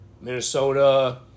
Minnesota